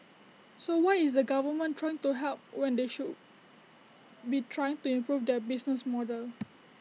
so why is the government trying to help when they should be trying to improve their business model